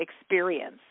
experience